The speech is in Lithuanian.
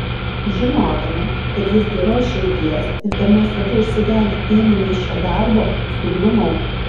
žinodama kad jis geros širdies ir kad mes abu užsidegę ėmėmės šio darbo suglumau